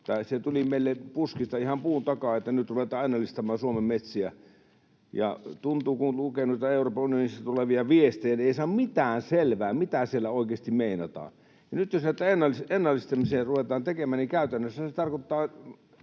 se tuli meille puskista, ihan puun takaa — että nyt ruvetaan ennallistamaan Suomen metsiä, niin tuntuu, kun lukee noita Euroopan unionista tulevia viestejä, että ei saa mitään selvää, mitä siellä oikeasti meinataan. Nyt jos näitä ennallistamisia ruvetaan tekemään, niin käytännössä se tarkoittaa